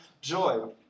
joy